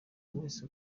mwese